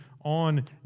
on